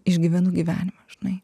išgyvenu gyvenimą žinai